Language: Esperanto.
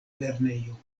lernejo